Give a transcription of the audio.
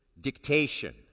dictation